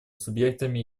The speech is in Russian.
субъектами